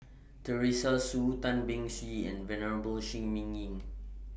Teresa Hsu Tan Beng Swee and Venerable Shi Ming Yi